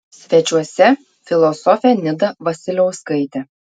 svečiuose filosofė nida vasiliauskaitė